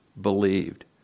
believed